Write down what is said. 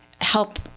help